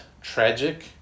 tragic